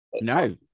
No